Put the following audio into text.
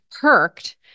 perked